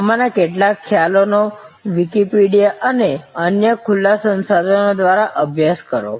આમાંના કેટલાક ખ્યાલો નો વિકિપીડિયા અને અન્ય ખુલ્લા સંસાધનો દ્વારા અભ્યાસ કરો